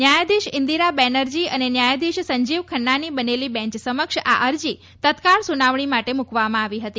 ન્યાયાધીશ ઈન્દીરા બેનરજી ન્યાયાધીશ સંજીવ ખન્નાની બનેલી બેન્ચ સમક્ષ આ અરજી તત્કાળ સુનાવણી માટે મૂકવામાં આવી હતી